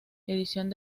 edición